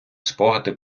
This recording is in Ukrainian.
спогади